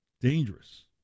Dangerous